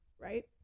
Right